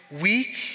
weak